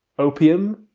opium,